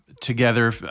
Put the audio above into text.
together